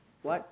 what